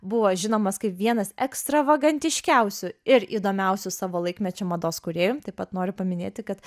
buvo žinomas kaip vienas ekstravagantiškiausių ir įdomiausių savo laikmečio mados kūrėjų taip pat noriu paminėti kad